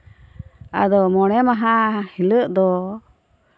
ᱟᱫᱚ ᱢᱚᱬᱮ ᱢᱟᱦᱟ ᱦᱤᱞᱳᱜ ᱫᱚ